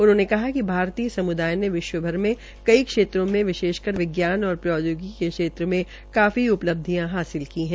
उन्होंने कहा कि भारतीय सम्दाय ने विशवभर में कई क्षेत्रों में विशेषकर विज्ञान और प्रौदयोगिकी के क्षेत्र में काफी उपलब्धियां हासिल की है